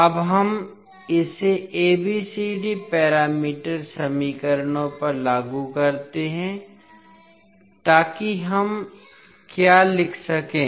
अब हम इसे ABCD पैरामीटर समीकरणों पर लागू करते हैं ताकि हम क्या लिख सकें